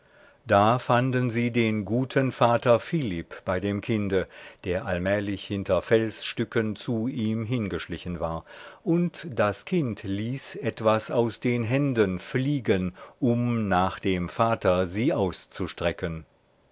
da fanden sie den guten vater philipp bei dem kinde der allmählich hinter felsstücken zu ihm hingeschlichen war und das kind ließ etwas aus den händen fliegen um nach dem vater sie auszustrecken